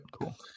Cool